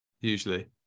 usually